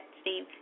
Steve